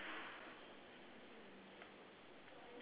eh hello shirley chua ah what's your picture about